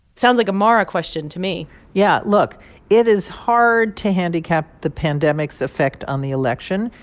sounds like a mara question to me yeah. look it is hard to handicap the pandemic's effect on the election.